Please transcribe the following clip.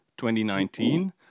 2019